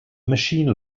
machine